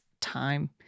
time